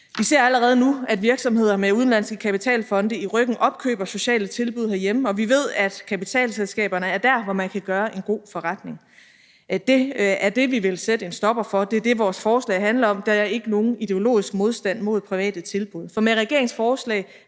Vi ser allerede nu, at virksomheder med udenlandske kapitalfonde i ryggen opkøber sociale tilbud herhjemme, og vi ved, at kapitalselskaberne er der, hvor man kan gøre en god forretning. Det er det, vi vil sætte en stopper for. Det er det, vores forslag handler om. Der er ikke nogen ideologisk modstand mod private tilbud. For med regeringens forslag